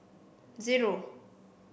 zero